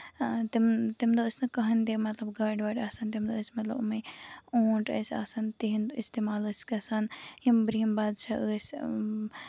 تَمۍ تَمہِ دۄہ ٲسۍ نہٕ کٔہینۍ تہِ مطلب گاڑِ واڑِ آسان مطلب تَمہِ دۄہ ٲسۍ مطلب یِمے اوٗنٹ ٲسۍ آسان تِہنِدۍ اِٮستعمال ٲسۍ گژھان یِم بروہِم بادشاہ ٲسۍ